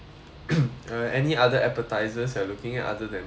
uh any other appetisers you are looking at other than burgers